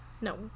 No